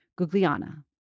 Gugliana